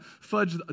fudge